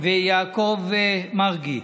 ויעקב מרגי.